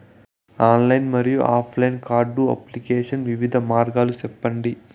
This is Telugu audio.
ఆన్లైన్ మరియు ఆఫ్ లైను కార్డు అప్లికేషన్ వివిధ మార్గాలు సెప్పండి?